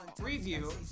review